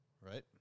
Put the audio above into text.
Right